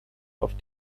auf